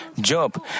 Job